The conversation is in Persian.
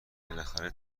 بالاخره